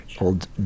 old